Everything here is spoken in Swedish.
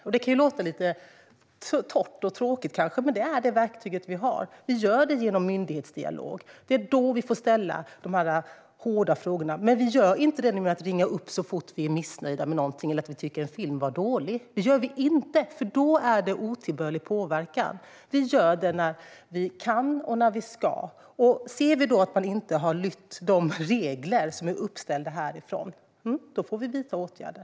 Det kan kanske låta lite torrt och tråkigt, men det är det verktyg vi har: Vi gör det genom myndighetsdialog. Det är då vi får ställa de hårda frågorna. Vi gör det dock inte genom att ringa upp så fort vi är missnöjda med någonting eller tycker att en film var dålig. Det gör vi inte, för då är det otillbörlig påverkan. Vi gör det när vi kan och när vi ska. Ser vi då att man inte har följt de regler som är uppställda härifrån får vi vidta åtgärder.